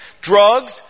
drugs